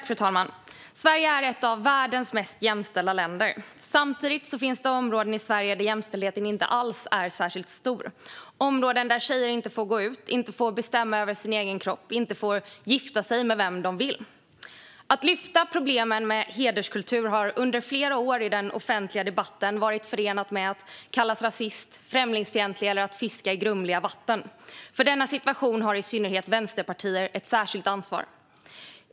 Fru talman! Sverige är ett av världens mest jämställda länder. Samtidigt finns det områden i Sverige där jämställdheten inte alls är särskilt utbredd. Det är områden där tjejer inte får gå ut, inte får bestämma över sina egna kroppar och inte får gifta sig med vem de vill. Att lyfta upp problemen med hederskulturen har under flera år i den offentliga debatten varit förenat med att man kallas rasist, främlingsfientlig eller att man fiskar i grumliga vatten. För detta har i synnerhet vänsterpartier ett särskilt ansvar.